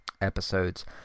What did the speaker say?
episodes